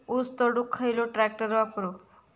ऊस तोडुक खयलो ट्रॅक्टर वापरू?